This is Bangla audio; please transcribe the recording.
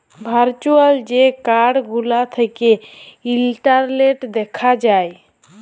ভার্চুয়াল যে কাড় গুলা থ্যাকে ইলটারলেটে দ্যাখা যায়